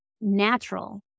natural